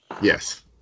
yes